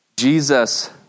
Jesus